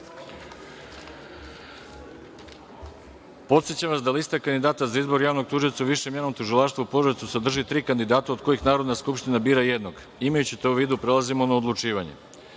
vas da liste kandidata za izbor javnog tužioca u Višem javnom tužilaštvu u Požarevcu sadrži tri kandidata od kojih Narodna skupština bira jednog. Imajući to u vidu prelazimo na odlučivanje. Stavljam